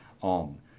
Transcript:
on